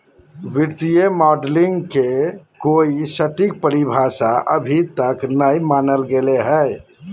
वित्तीय मॉडलिंग के कोई सटीक परिभाषा अभी तक नय मानल गेले हें